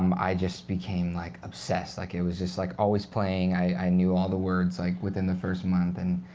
um i just became like obsessed. like it was just like always playing, i knew all the words like within the first month. and